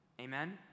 Amen